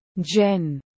Jen